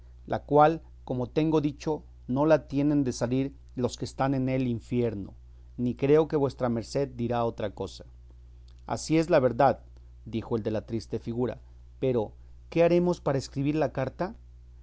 la cual como tengo dicho no la tienen de salir los que están en el infierno ni creo que vuestra merced dirá otra cosa así es la verdad dijo el de la triste figura pero qué haremos para escribir la carta